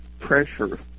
pressure